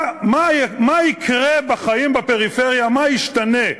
מה יקרה בחיים בפריפריה, מה ישתנה?